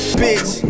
bitch